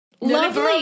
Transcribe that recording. lovely